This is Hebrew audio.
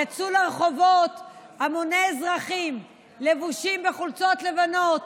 יצאו לרחובות המוני אזרחים לבושים בחולצות לבנות,